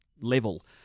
level